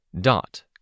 Dot